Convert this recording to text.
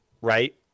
right